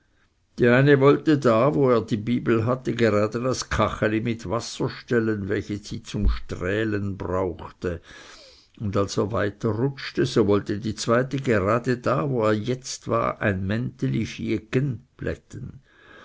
die eine wollte da wo er die bibel hatte gerade das kacheli mit wasser stellen welches sie zum strählen brauchte und als er weiterrutschte so wollte die zweite gerade da wo er jetzt war ein